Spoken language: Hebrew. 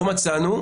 לא מצאנו,